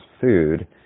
food